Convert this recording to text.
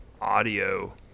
audio